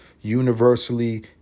universally